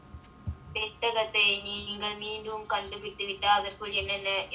பெட்டகத்தை நீங்கள் கண்டு பிடித்து விட்டால் அதற்குள் என்னென்ன இருக்கும்:pettakathai neengal kandu pidithu vitaal atharkul ennenaa irukkum